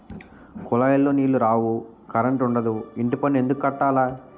కులాయిలో నీలు రావు కరంటుండదు ఇంటిపన్ను ఎందుక్కట్టాల